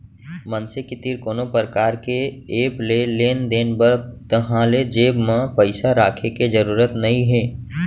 मनसे के तीर कोनो परकार के ऐप हे लेन देन बर ताहाँले जेब म पइसा राखे के जरूरत नइ हे